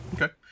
Okay